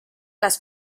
las